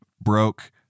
broke